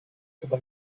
chyba